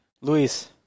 Luis